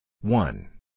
One